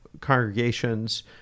congregations